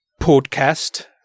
Podcast